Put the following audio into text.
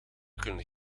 kunnen